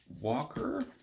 Walker